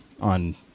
on